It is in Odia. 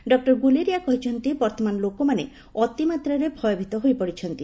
ଡକୁର ଗୁଲେରିଆ କହିଛନ୍ତି ବର୍ତ୍ତମାନ ଲୋକମାନେ ଅତିମାତ୍ରାରେ ଭୟଭୀତ ହୋଇପଡ଼ିଛନ୍ତି